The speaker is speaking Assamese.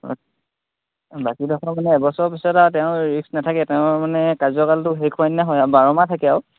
বাকীডোখৰ মানে এবছৰৰ পিছত তেওঁ ৰি্ক নাথাকে তেওঁৰ মানে কাৰ্যকালটো শেষ হোৱা নিচিনা হয় আৰু বাৰমাহ থাকে আৰু